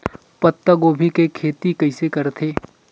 पत्तागोभी के खेती कइसे करथे?